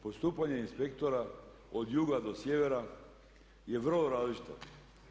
Postupanje inspektora od juga do sjevera je vrlo različito.